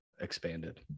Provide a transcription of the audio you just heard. expanded